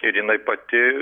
ir jinai pati